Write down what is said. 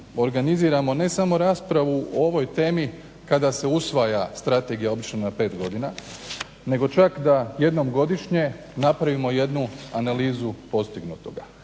organiziramo ne samo raspravu o ovoj temi kada se usvaja strategija obično na 5 godina, nego čak da jednom godišnje napravimo jednu analizu postignutoga.